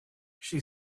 she